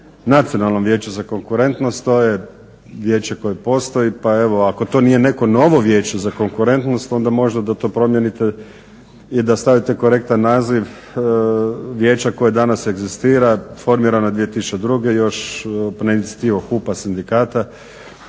Nacionalnom vijeću za konkurentnost to je vijeće koje postoji pa evo ako to nije novo vijeće za konkurentnost onda možda da to promijenite i da stavite korektan naziv vijeće koje danas egzistira, formirano je još 2002. … HUP-a sindikata